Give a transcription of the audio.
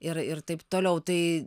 ir ir taip toliau tai